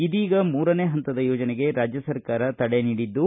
ಇದೀಗ ಮೂರನೇ ಹಂತದ ಯೋಜನೆಗೆ ರಾಜ್ಯ ಸರ್ಕಾರ ತಡೆ ನೀಡಿದ್ದು